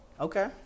okay